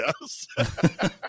yes